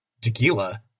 Tequila